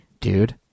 Dude